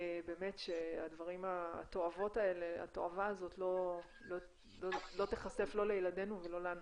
באמת שהתועבה הזאת לא תיחשף לא לילדנו ולא לנו.